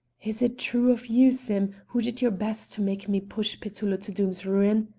is it true of you, sim, who did your best to make me push petullo to doom's ruin?